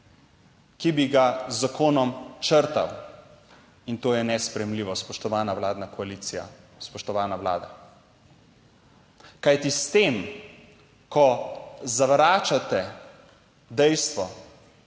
ki bi ga z zakonom črtal in to je nesprejemljivo spoštovana vladna koalicija, spoštovana Vlada. Kajti s tem, ko 31. TRAK: